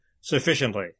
sufficiently